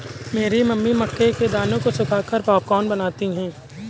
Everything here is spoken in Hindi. मेरी मम्मी मक्के के दानों को सुखाकर पॉपकॉर्न बनाती हैं